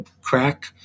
crack